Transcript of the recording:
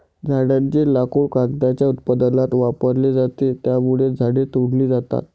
झाडांचे लाकूड कागदाच्या उत्पादनात वापरले जाते, त्यामुळे झाडे तोडली जातात